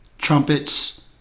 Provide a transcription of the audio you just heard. Trumpets